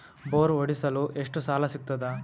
Bore ಹೊಡೆಸಲು ಎಷ್ಟು ಸಾಲ ಸಿಗತದ?